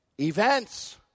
events